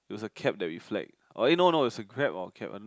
it was a cab that we flag oh eh no no it was a grab or cab I don't know